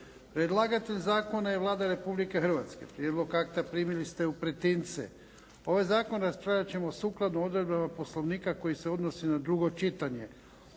Predlagatelj zakona je Vlada Republike Hrvatske. Prijedlog akta primili ste u pretince. Ovaj zakon raspravljati ćemo sukladno odredbama Poslovnika koje se odnosi na drugo čitanje.